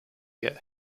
get